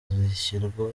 zishyirwa